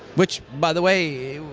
which by the way,